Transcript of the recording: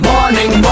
Morning